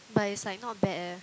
but it's like not bad eh